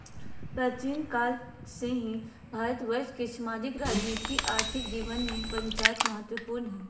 प्राचीन काल से ही भारतवर्ष के सामाजिक, राजनीतिक, आर्थिक जीवन में पंचायत महत्वपूर्ण हइ